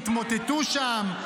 יתמוטטו שם,